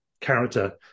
character